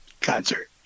concert